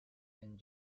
and